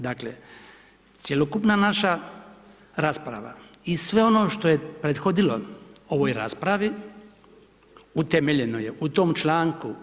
Dakle, cjelokupna naša rasprava i sve ono što je prethodilo ovoj raspravi utemeljeno je u tom čl.